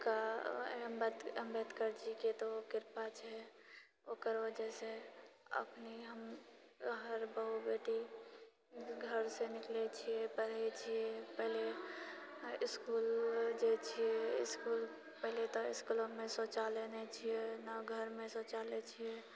कऽ अम्बेद अम्बेदकर जीके तो कृपा छै ओकर वजहसँ अखनि हम हर बहू बेटी घर से निकलै छिऐ पढ़ै छिऐ पहिले इसकुल जाइत छिऐ इसकुल पहिले तऽ स्कूलोमे शौचालय नहि छिऐ नहि घरमे शौचालय छिऐ